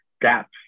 gaps